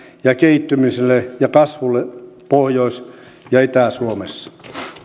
ja kehittymiselle ja kasvulle pohjois ja itä suomessa